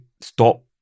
stop